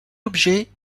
objet